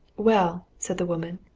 well, said the woman,